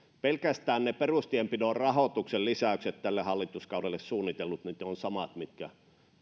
pelkästään perustienpidon rahoituksen tälle hallituskaudelle suunnitellut lisäykset ovat samat mitkä